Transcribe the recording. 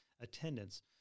attendance